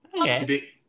Okay